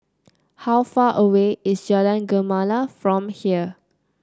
how far away is Jalan Gemala from here